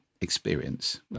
experience